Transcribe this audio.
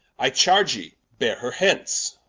i charge ye beare her hence,